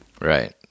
Right